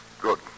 Good